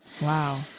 Wow